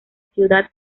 ciudad